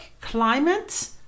climate